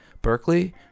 Berkeley